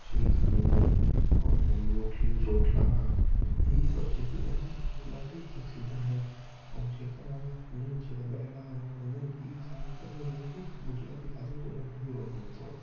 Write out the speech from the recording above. श्रीखंड ऐं रोठली रोठला हीउ सभु जेकी आहिनि ॾाढी प्रसिद्ध आहिनि ऐं जेका हिननि जेका ॿाहिरां खां माण्हू ईंदा आहिनि हीउ ख़ासि करे इन्हनि खे गुजराती खाधो त ॾाढो ई वणंदो अथव